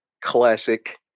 Classic